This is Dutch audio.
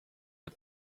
het